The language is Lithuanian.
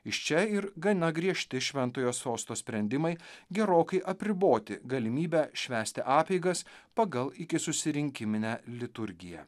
iš čia ir gana griežti šventojo sosto sprendimai gerokai apriboti galimybę švęsti apeigas pagal ikisusirinkiminę liturgiją